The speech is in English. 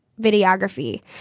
videography